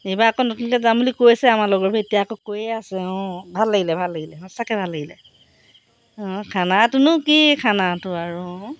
এইবাৰ আকৌ নতুনকৈ যাম বুলি কৈছে আমাৰ লগৰবোৰ এতিয়া আকৌ কৈয়ে আছে অঁ ভাল লাগিলে ভাল লাগিলে সঁচাকৈ ভাল লাগিলে অঁ খানাটোনো কি খানাটো আৰু অঁ